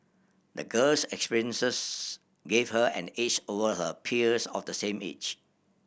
the girl's experiences gave her an edge over her peers of the same age